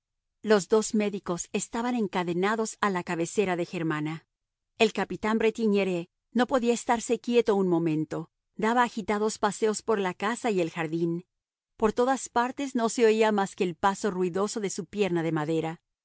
los dos médicos estaban encadenados a la cabecera de germana el capitán bretignires no podía estarse quieto un momento daba agitados paseos por la casa y el jardín por todas partes no se oía más que el paso ruidoso de su pierna de madera